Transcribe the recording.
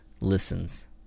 listens